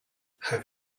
have